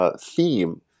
Theme